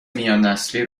میاننسلی